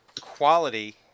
quality